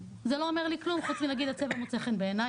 זה לא אומר לי כלום חוץ מלהגיד הצבע מוצא חן בעיני,